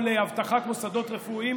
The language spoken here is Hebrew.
או לאבטחת מוסדות רפואיים.